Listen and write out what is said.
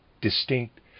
distinct